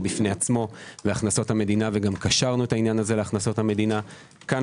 בפני עצמו להכנסות המדינה וגם קשרנו את העניין הזה להכנסות המדינה - כאן